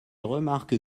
remarque